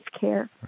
care